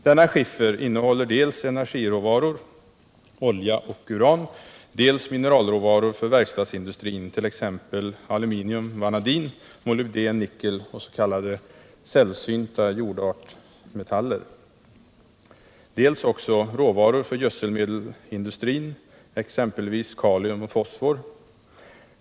Denna skiffer innehåller dels energiråvaror , dels mineralråvaror för verkstadsindustrin , dels också råvaror för gödselmedelindustrin, exempelvis kalium och fosfor.